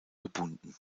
gebunden